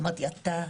אמרתי, אתה?